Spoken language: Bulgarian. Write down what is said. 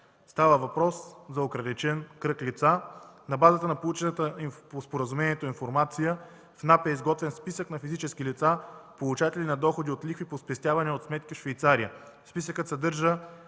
Става въпрос за ограничен кръг лица. На базата на получената по споразумението информация в НАП е изготвен списък на физически лица – получатели на доходи от лихви по спестявания от сметки в Швейцария. Списъкът съдържа